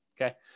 Okay